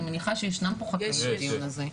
אני מניחה שישנם פה חקלאים בדיון הזה?